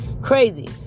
crazy